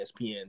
ESPN